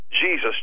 Jesus